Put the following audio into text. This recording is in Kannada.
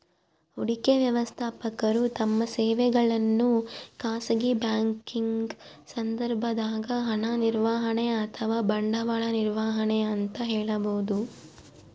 ಹೂಡಿಕೆ ವ್ಯವಸ್ಥಾಪಕರು ತಮ್ಮ ಸೇವೆಗಳನ್ನು ಖಾಸಗಿ ಬ್ಯಾಂಕಿಂಗ್ ಸಂದರ್ಭದಾಗ ಹಣ ನಿರ್ವಹಣೆ ಅಥವಾ ಬಂಡವಾಳ ನಿರ್ವಹಣೆ ಅಂತ ಹೇಳಬೋದು